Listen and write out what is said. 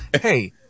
Hey